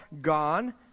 gone